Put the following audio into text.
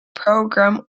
program